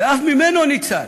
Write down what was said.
ואף ממנו ניצל.